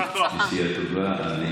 נסיעה טובה.